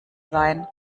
sein